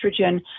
estrogen